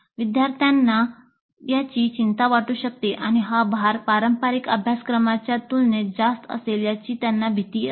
विद्यार्थ्यांना याची चिंता वाटू शकते आणि हा भार पारंपारिक अभ्यासक्रमांच्या तुलनेत जास्त असेल याची त्यांना भीती असते